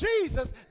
Jesus